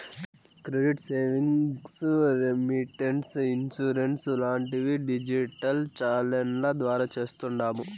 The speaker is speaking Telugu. క్రెడిట్ సేవింగ్స్, రెమిటెన్స్, ఇన్సూరెన్స్ లాంటివి డిజిటల్ ఛానెల్ల ద్వారా చేస్తాండాము